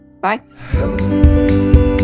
bye